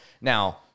now